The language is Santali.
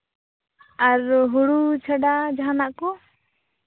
ᱟᱨ ᱦᱩᱲᱩ ᱪᱷᱟᱰᱟ ᱡᱟᱦᱟᱱᱟᱜ ᱠᱚ